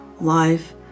life